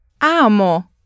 amo